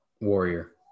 warrior